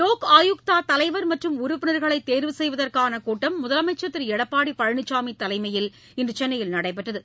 வோக் ஆயுக்தா தலைவர் மற்றும் உறுப்பினர்களை தேர்வு செய்வதற்கான கூட்டம் முதலமைச்சர் திரு எடப்பாடி பழனிசாமி தலைமையில் இன்று சென்னையில் நடைபெற்றது